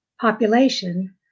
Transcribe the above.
population